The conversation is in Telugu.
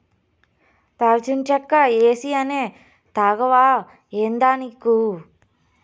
దాల్చిన చెక్క ఏసీ అనే తాగవా ఏందానిక్కు